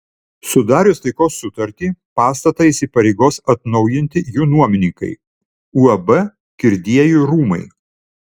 sudarius taikos sutartį pastatą įsipareigos atnaujinti jų nuomininkai uab kirdiejų rūmai